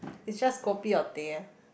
it's just kopi or teh